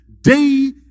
day